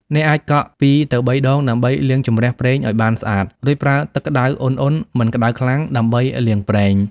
អ្នកអាចកក់ ២ ទៅ ៣ ដងដើម្បីលាងជម្រះប្រេងឲ្យបានស្អាត រួចប្រើទឹកក្តៅឧណ្ហៗ (មិនក្តៅខ្លាំង) ដើម្បីលាងប្រេង។